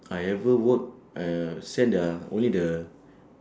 I ever work uh send the only the